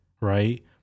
right